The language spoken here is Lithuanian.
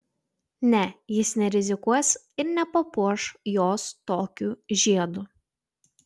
ne jis nerizikuos ir nepapuoš jos tokiu žiedu